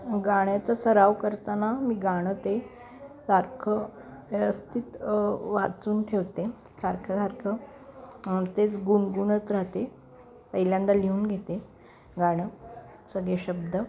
गाण्याचा सराव करताना मी गाणं ते सारखं व्यवस्थित वाचून ठेवते सारखं सारखं तेच गुणगुणत राहते पहिल्यांदा लिहून घेते गाणं सगळे शब्द